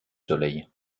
soleil